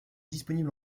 disponible